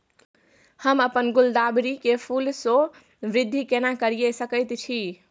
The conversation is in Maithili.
हम अपन गुलदाबरी के फूल सो वृद्धि केना करिये सकेत छी?